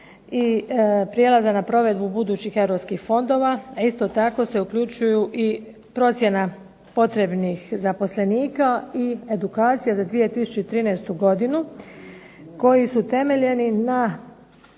i prijelaza na provedbu budućih europskih fondova, a isto tako se uključuju i procjena potrebnih zaposlenika i edukacija za 2013. godinu koji su temeljeni na